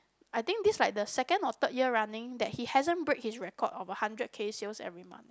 I think this like the second or third year running that he hasn't break his record of a hundred K sales every month eh